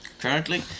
currently